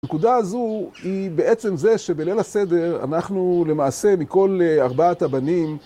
הנקודה הזו היא בעצם זה שבליל הסדר אנחנו למעשה מכל ארבעת הבנים